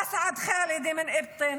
אסעד חאלדי מאבטין,